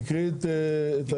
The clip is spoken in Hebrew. תקראי את היתר.